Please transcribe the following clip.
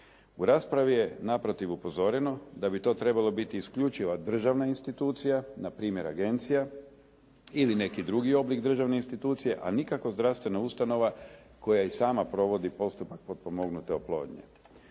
U raspravi je naprotiv upozoreno da bi to trebalo biti isključiva državna institucija, npr. agencija ili neki drugi oblik državne institucije, a nikako zdravstvena ustanova koja i sama provodi postupak potpomognute oplodnje.